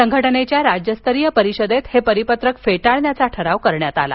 संघटनेच्या राज्यस्तरीय परिषदेत हे परिपत्रक फेटाळण्याचा ठराव करण्यात आला